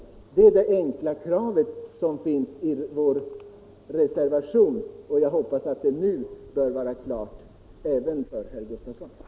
Det är det enkla kravet i vår reservation, och jag hoppas att det nu skall vara klart även för herr Gustavsson i Alvesta.